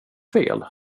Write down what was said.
fel